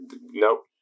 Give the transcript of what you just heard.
nope